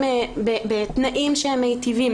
מדהים.